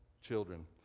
children